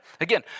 Again